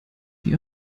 die